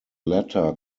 latter